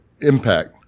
impact